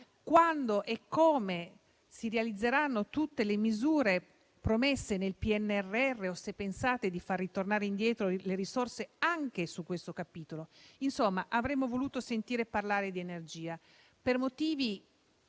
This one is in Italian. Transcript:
quando e come si realizzeranno tutte le misure promesse nel PNRR o se pensate di far ritornare indietro le risorse anche su questo capitolo. Insomma, avremmo voluto sentire parlare di energia. Per motivi